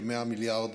כ-100 מיליארד